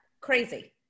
crazy